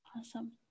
Awesome